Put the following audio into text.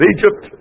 Egypt